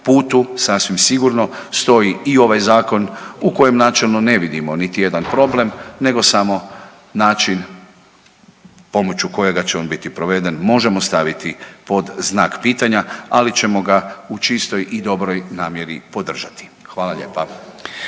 putu sasvim sigurno stoji i ovaj zakon u kojem načelno ne vidimo niti jedan problem nego samo način pomoću kojega će on biti proveden možemo staviti pod znak pitanja, ali ćemo ga u čistoj i dobroj namjeri podržati. Hvala lijepa.